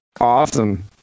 Awesome